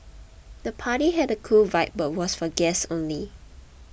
the party had a cool vibe but was for guests only